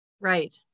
Right